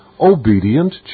obedient